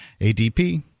ADP